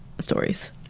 stories